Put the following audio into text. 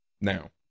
Now